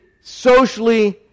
socially